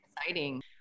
exciting